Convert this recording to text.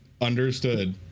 Understood